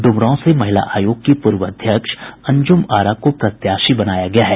ड्रमरांव से महिला आयोग की पूर्व अध्यक्ष अंजुम आरा को प्रत्याशी बनाया गया है